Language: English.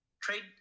trade